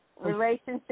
relationship